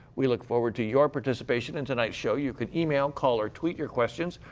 we look forward to your participation in tonight's show. you can email, call or tweet your questions.